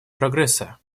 прогресса